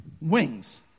wings